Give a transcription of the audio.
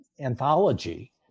anthology